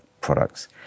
products